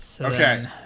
Okay